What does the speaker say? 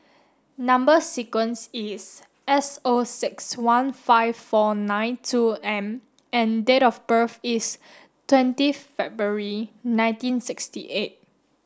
number sequence is S O six one five four nine two M and date of birth is twentieth February nineteen sixty eight